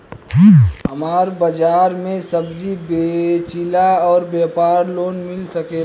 हमर बाजार मे सब्जी बेचिला और व्यापार लोन मिल सकेला?